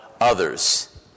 others